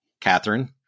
Catherine